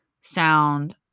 sound